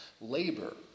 labor